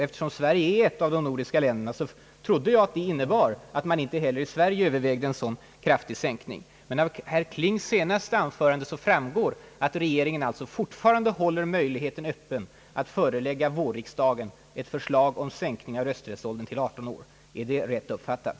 Eftersom Sverige är ett av de nordiska länderna, trodde jag att det innebar att man inte heller i Sverige övervägde en så kraftig sänkning. Av herr Klings senaste anförande framgår trots detta att regeringen fortfarande håller möjligheten öppen att förelägga vårriksdagen ett förslag om sänkning av rösträttsåldern till 18 år. Är det riktigt uppfattat?